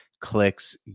clicks